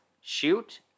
shoot